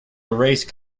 erase